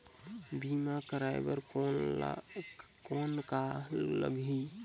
बीमा कराय बर कौन का लगही?